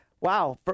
Wow